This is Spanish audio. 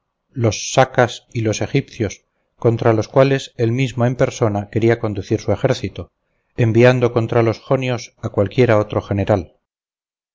los sacas y los egipcios contra los cuales él mismo en persona quería conducir su ejército enviando contra los jonios a cualquiera otro general